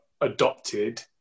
adopted